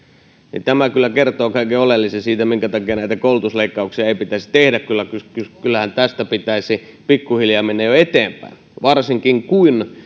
niin tämä kyllä kertoo kaiken oleellisen siitä minkä takia näitä koulutusleikkauksia ei pitäisi tehdä kyllähän tästä pitäisi pikkuhiljaa mennä jo eteenpäin varsinkin